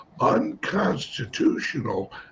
unconstitutional